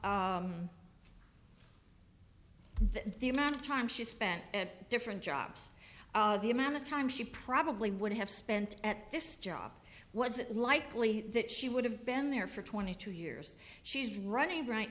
job the amount of time she spent at different jobs the amount of time she probably would have spent at this job was it likely that she would have been there for twenty two years she's running right